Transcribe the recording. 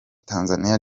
tanzaniya